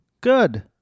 Good